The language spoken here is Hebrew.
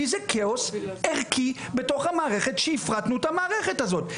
כי זה כאוס ערכי בתוך המערכת שהפרטנו את המערכת הזאת.